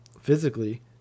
physically